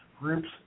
groups